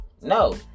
no